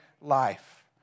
life